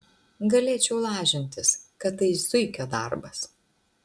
galėčiau lažintis kad tai zuikio darbas